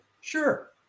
sure